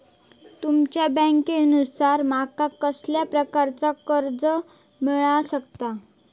तुमच्या बँकेसून माका कसल्या प्रकारचा कर्ज मिला शकता?